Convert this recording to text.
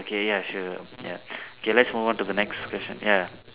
okay ya sure ya okay let's move on to the next question ya